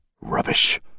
Rubbish